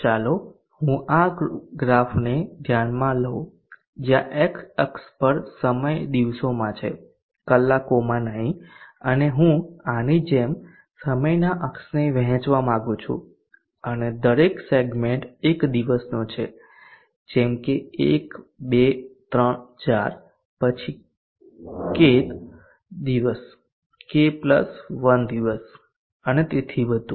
ચાલો હું આ ગ્રાફને ધ્યાનમાં લઉં જ્યાં x અક્ષ પર સમય દિવસોમાં છે કલાકોમાં નહીં અને હું આની જેમ સમયના અક્ષને વહેંચવા માંગુ છું અને દરેક સેગમેન્ટ એક દિવસનો છે જેમ કે 1 2 3 4 પછી kth દિવસ k 1 દિવસ અને તેથી વધુ